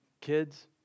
kids